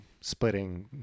splitting